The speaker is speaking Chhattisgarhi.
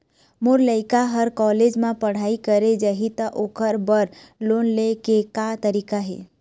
मोर लइका हर कॉलेज म पढ़ई करे जाही, त ओकर बर लोन ले के का तरीका हे?